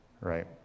right